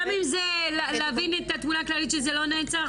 גם אם זה להבין את התמונה הכללית שזה לא נעצר,